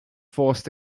forced